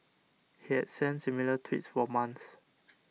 he has sent similar tweets for months